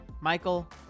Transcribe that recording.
Michael